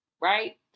Right